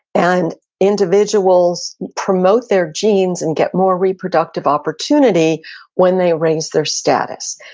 and individuals promote their genes and get more reproductive opportunity when they raise their status.